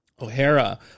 O'Hara